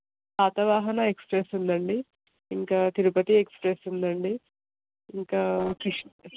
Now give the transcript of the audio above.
Satavahana express ఉందండి ఇంకా Tirupati express ఉందండి ఇంకా క్రిష్